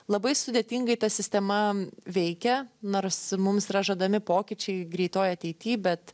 labai sudėtingai ta sistema veikia nors mums yra žadami pokyčiai greitoj ateity bet